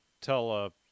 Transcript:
tell